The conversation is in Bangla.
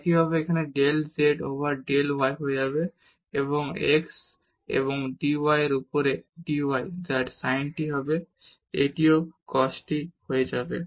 একইভাবে এখানে del z over del y হয়ে যাবে x এবং dy এর উপরে dy যা sin t হবে এটা cos t হয়ে যাবে